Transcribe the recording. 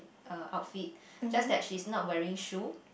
uh outfit just that she's not wearing shoe